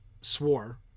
swore